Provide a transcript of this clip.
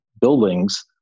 buildings